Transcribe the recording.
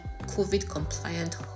COVID-compliant